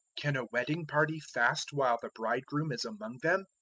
can a wedding party fast while the bridegroom is among them?